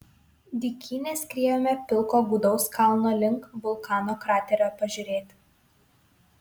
dykyne skriejome pilko gūdaus kalno link vulkano kraterio pažiūrėti